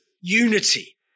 unity